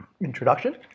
Introduction